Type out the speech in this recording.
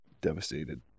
devastated